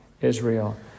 Israel